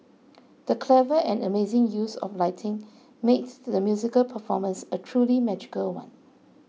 the clever and amazing use of lighting made the musical performance a truly magical one